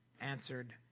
answered